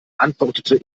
antwortete